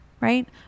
right